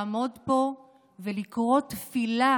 לעמוד פה ולקרוא תפילה